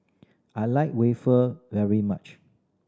I like very much